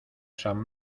san